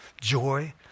joy